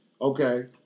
Okay